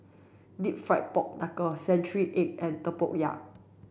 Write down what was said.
deep fried pork knuckle century egg and Tempoyak